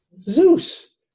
Zeus